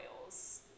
oils